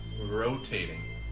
rotating